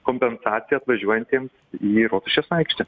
kompensacija atvažiuojantiems į rotušės aikštę